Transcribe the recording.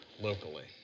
locally